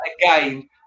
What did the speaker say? again